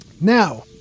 Now